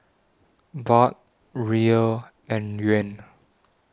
Baht Riyal and Yuan